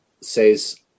says